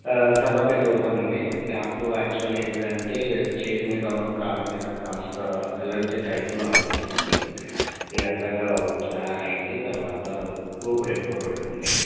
sir నా పేరు గౌతమ్ అండి నాకు యాక్చువల్లీ ఏటిదంటే చేతి మీదాను కాలి మీద కాస్త అలర్జీ టైపులో లాగా అనిపిస్తుంది ఎర్రగా అవుతా అ అయ్యంది తరువాత గోకుడు ఎక్కువ పెడుతుంది